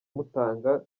mutanga